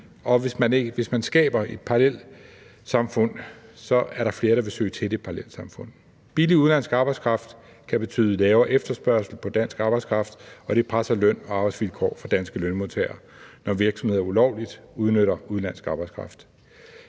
og hvis man skaber et parallelsamfund, er der flere, der vil søge til det parallelsamfund. Billig udenlandsk arbejdskraft kan betyde lavere efterspørgsel på dansk arbejdskraft, og det presser løn- og arbejdsvilkår for danske lønmodtagere, når virksomheder ulovligt udnytter udenlandsk arbejdskraft.